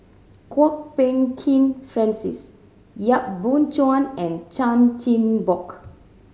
Kwok Peng Kin Francis Yap Boon Chuan and Chan Chin Bock